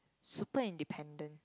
super independent